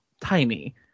tiny